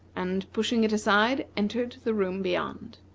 and pushing it aside, entered the room beyond.